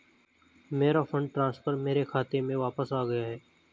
मेरा fund transfer मेरे खाते में वापस आ गया है